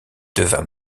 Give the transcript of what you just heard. devint